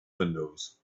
windows